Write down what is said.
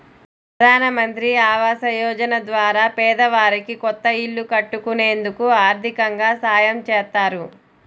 ప్రధానమంత్రి ఆవాస యోజన ద్వారా పేదవారికి కొత్త ఇల్లు కట్టుకునేందుకు ఆర్దికంగా సాయం చేత్తారు